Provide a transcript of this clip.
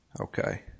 Okay